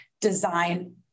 design